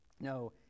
No